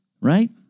right